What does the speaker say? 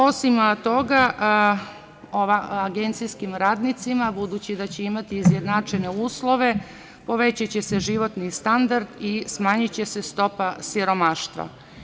Osim toga, agencijskim radnicima, budući da će imati izjednačene uslove, povećaće se životni standard i smanjiće se stopa siromaštva.